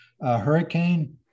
Hurricane